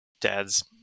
dad's